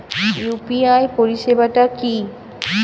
UPI পরিসেবাটা কি?